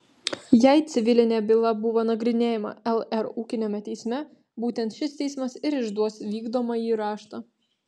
jei civilinė byla buvo nagrinėjama lr ūkiniame teisme būtent šis teismas ir išduos vykdomąjį raštą